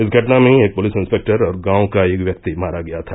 इस घटना में एक पुलिस इंसपेक्टर और गांव का एक व्यक्ति मारा गया था